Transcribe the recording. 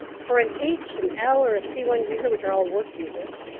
for an h, an l, or a c one visa, which are all work visas,